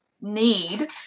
need